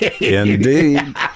Indeed